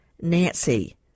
nancy